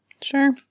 Sure